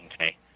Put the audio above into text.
Okay